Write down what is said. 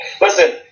Listen